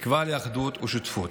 תקווה לאחדות ושותפות.